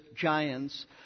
giants